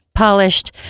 polished